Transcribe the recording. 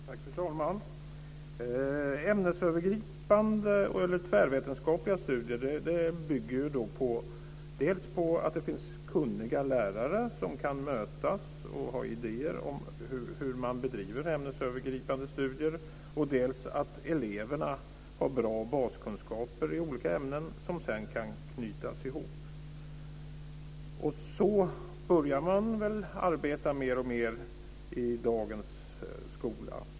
Fru talman! Ämnesövergripande eller tvärvetenskapliga studier bygger dels på att det finns kunniga lärare som kan möta och ha idéer om att bedriva ämnesövergripande studier, dels på att eleverna har bra baskunskaper i olika ämnen som sedan kan knytas ihop. Så börjar man mer och mer arbeta i dagens skola.